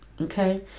Okay